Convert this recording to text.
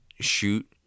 shoot